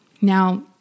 Now